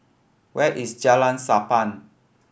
where is Jalan Sappan